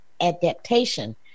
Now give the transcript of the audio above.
adaptation